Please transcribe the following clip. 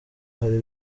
hari